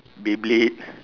beyblade